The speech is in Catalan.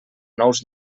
nous